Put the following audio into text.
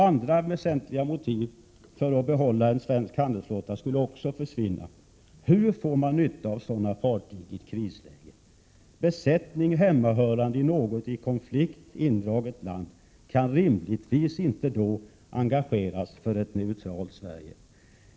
Andra väsentliga motiv för att behålla en svensk handelsflotta skulle också försvinna. Hur får man nytta av sådana fartyg i ett krisläge? En besättning hemmahörande i något i konflikt indraget land kan rimligtvis inte engageras då för ett neutralt Sverige.